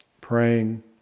praying